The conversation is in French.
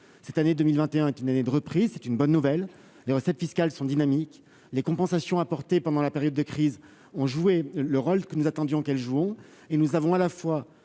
cette année 2021 qu'une année de reprise, c'est une bonne nouvelle, les recettes fiscales sont dynamiques, les compensations pendant la période de crise ont joué le rôle que nous attendions qu'elles jouons et nous avons à la fois